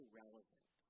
relevant